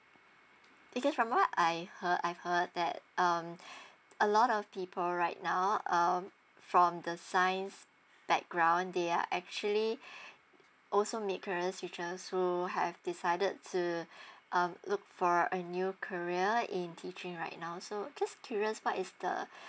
because from what I heard I heard that um a lot of people right now um from the science background they are actually also makers future so have decided to um look for a new career in teaching right now so just curious what is the